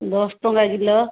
ଦଶ ଟଙ୍କା କିଲୋ